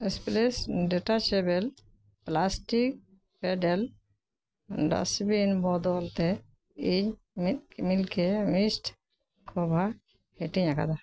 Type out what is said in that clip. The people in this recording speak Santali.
splash detachable plastic pedal dustbin ᱵᱚᱫᱚᱞᱛᱮ ᱤᱧ ᱢᱤᱫ ᱢᱤᱞᱠᱤ ᱢᱤᱥᱴ ᱠᱷᱳᱵᱷᱟ ᱦᱟᱹᱴᱤᱧ ᱟᱠᱟᱫᱟ